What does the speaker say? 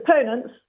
opponents